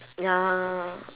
ya